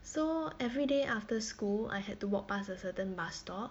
so every day after school I had to walk past a certain bus stop